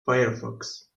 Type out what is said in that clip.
firefox